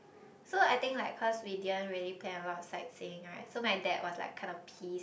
so I think like cause we didn't really plan a lot of sightseeing right so my dad was like kind of piss